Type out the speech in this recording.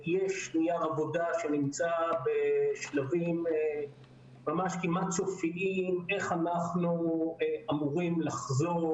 יש נייר עבודה שנמצא בשלבים כמעט סופיים איך אנחנו אמורים לחזור